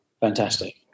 Fantastic